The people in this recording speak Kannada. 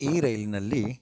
ಈ ರೈಲಿನಲ್ಲಿ